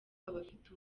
abafite